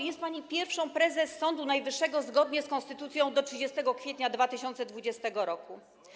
Jest pani pierwszą prezes Sądu Najwyższego zgodnie z konstytucją do 30 kwietnia 2020 r.